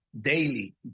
daily